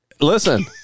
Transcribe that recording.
Listen